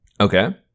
Okay